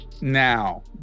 now